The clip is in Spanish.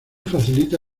facilita